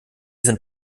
sind